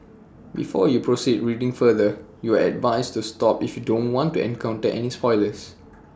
before you proceed reading further you are advised to stop if you don't want to encounter any spoilers